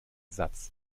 satz